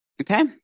okay